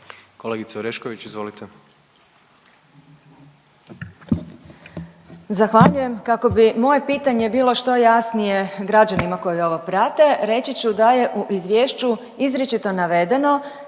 Gospođa Orešković, izvolite.